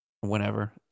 whenever